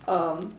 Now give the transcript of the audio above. um